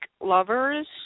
Lovers